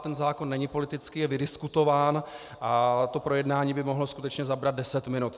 Ten zákon není politický, je vydiskutován a projednání by mohlo skutečně zabrat deset minut.